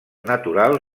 natural